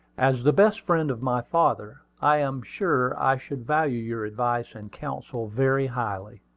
as the best friend of my father, i am sure i should value your advice and counsel very highly.